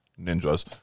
ninjas